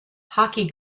hockey